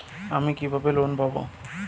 আমি কিভাবে লোন পাব?